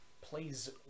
Please